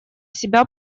себя